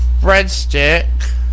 breadstick